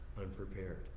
unprepared